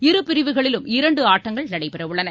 இரு பிரிவுகளிலும் இரண்டு ஆட்டங்கள் நடைபெறவுள்ளன